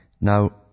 Now